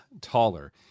taller